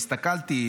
והסתכלתי,